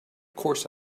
course